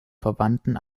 verwandten